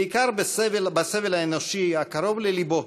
בעיקר בסבל האנושי הקרוב ללבו